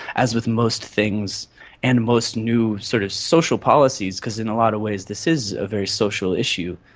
as with most things and most new sort of social policies, because in a lot of ways this is a very social issue,